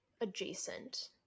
adjacent